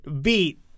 beat